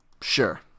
Sure